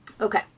Okay